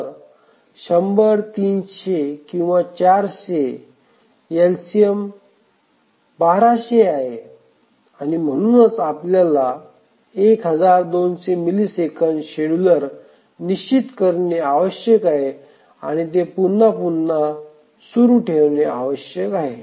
तर १०० ३००आणि ४०० एलसीएम १२०० आहे आणि म्हणूनच आपल्याला १२०० मिलिसेकंद शेड्युलर निश्चित करणे आवश्यक आहे आणि ते पुन्हा पुन्हा सुरू ठेवणे आवश्यक आहे